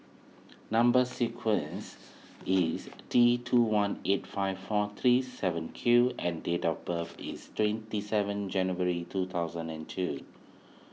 Number Sequence is D two one eight five four three seven Q and date of birth is twenty seven January two thousand and two